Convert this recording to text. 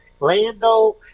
Lando